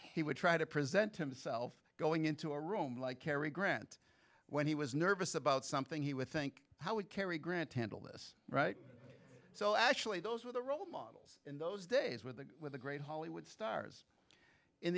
he would try to present himself going into a room like cary grant when he was nervous about something he would think how would cary grant handle this right so actually those were the role models in those days with the with the great hollywood stars in